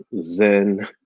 zen